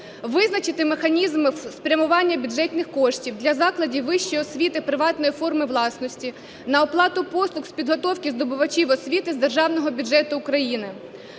Визначити механізми спрямування бюджетних коштів для закладів вищої освіти приватної форми власності на оплату послуг з підготовки здобувачів освіти з державного бюджету України.